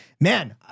man